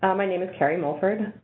um my name is carrie mulford.